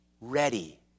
ready